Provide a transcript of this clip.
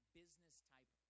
business-type